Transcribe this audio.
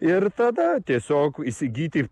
ir tada tiesiog įsigyti